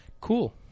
Cool